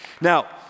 Now